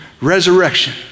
resurrection